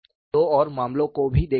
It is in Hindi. हम दो और मामलों को भी देखेंगे